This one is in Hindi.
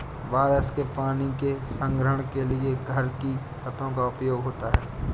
बारिश के पानी के संग्रहण के लिए घर की छतों का उपयोग होता है